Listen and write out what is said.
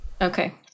Okay